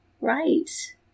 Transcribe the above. Right